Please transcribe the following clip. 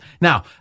now